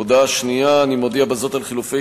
הודעה שנייה: אני מודיע בזאת על חילופי